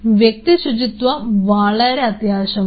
വ്യക്തി ശുചിത്വം വളരെ അത്യാവശ്യമാണ്